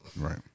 Right